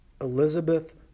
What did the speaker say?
Elizabeth